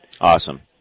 Awesome